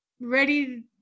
ready